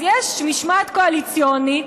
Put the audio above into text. אז יש משמעת קואליציונית,